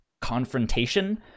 confrontation